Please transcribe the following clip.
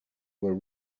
were